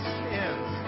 sins